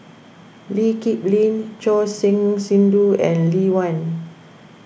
Lee Kip Lin Choor Singh Sidhu and Lee Wen